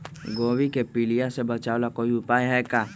गोभी के पीलिया से बचाव ला कोई उपाय है का?